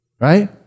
Right